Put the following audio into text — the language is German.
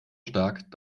stark